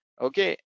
okay